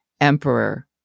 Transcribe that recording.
emperor